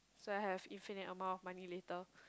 so I have infinite amount of money later